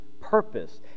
purpose